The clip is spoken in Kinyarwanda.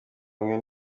bamwe